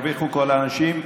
מזה ירוויחו כל האנשים.